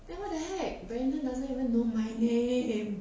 then what the heck brandon doesn't even know my name